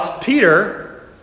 Peter